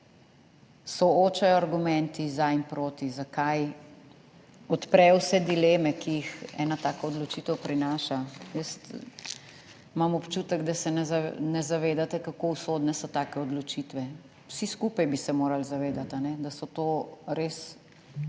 soočajo argumenti za in proti zakaj odpre vse dileme, ki jih ena taka odločitev prinaša. Jaz imam občutek, da se ne zavedate kako usodne so take odločitve. Vsi skupaj bi se morali zavedati, da so to res